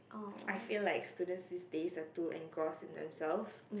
I feel like students these days are too engrossed in themselves